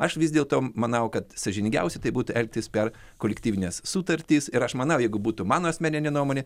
aš vis dėlto manau kad sąžiningiausia tai būti elgtis per kolektyvines sutartis ir aš manau jeigu būtų mano asmeninė nuomonė